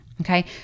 okay